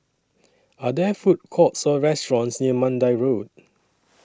Are There Food Courts Or restaurants near Mandai Road